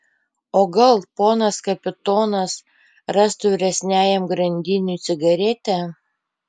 o gal ponas kapitonas rastų vyresniajam grandiniui cigaretę